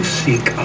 seek